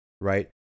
right